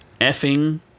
effing